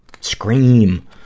scream